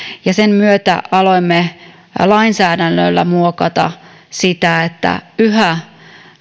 ja sen myötä aloimme lainsäädännöllä muokata sitä että yhä